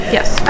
yes